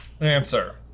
Answer